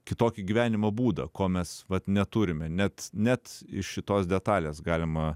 kitokį gyvenimo būdą ko mes vat neturime net net iš šitos detalės galima